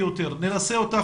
הממשלה,